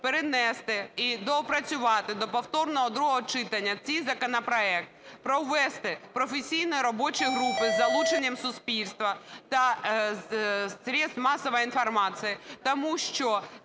перенести і доопрацювати до повторного другого читання цей законопроект, провести професійні робочі групи із залученням суспільства та средств массовой информации, тому що